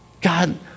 God